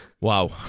Wow